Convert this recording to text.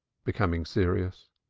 becoming serious.